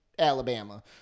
Alabama